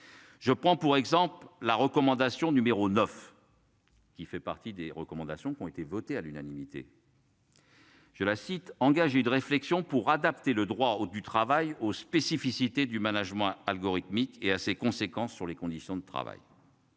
Je prends pour exemple la recommandation numéro 9. Qui fait partie des recommandations qui ont été votées à l'unanimité. Je la cite, engager une réflexion pour adapter le droit du travail aux spécificités du management algorithmique et à ses conséquences sur les conditions de travail.